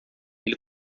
ele